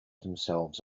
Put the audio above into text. themselves